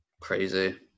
Crazy